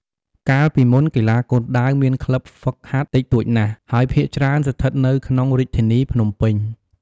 កាលពីមុន កីឡាគុនដាវមានក្លិបហ្វឹកហាត់តិចតួចណាស់ ហើយភាគច្រើនស្ថិតនៅក្នុងរាជធានីភ្នំពេញ។